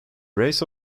race